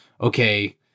okay